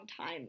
time